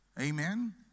Amen